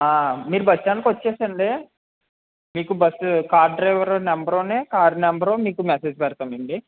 ఆ మీరు బస్టాండ్ కి వచ్చేసెయ్యండి మీకు బస్ కార్ డ్రైవర్ నంబర్ ని కార్ నంబర్ మీకు మెసేజ్ పెడతానండి